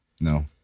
no